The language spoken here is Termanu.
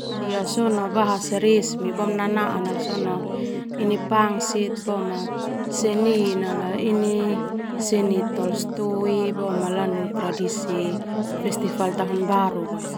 Rusia bahasa resmi nanaan nala pangsit lanu seni Tolstoi lanu tradisi festival tahun baru.